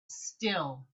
still